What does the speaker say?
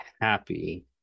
happy